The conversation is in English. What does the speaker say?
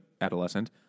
adolescent